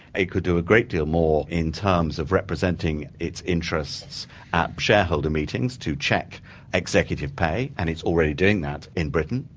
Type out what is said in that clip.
it could do a great deal more in terms of representing its interests at shareholder meetings to check executive pay, and it's already doing that in britain.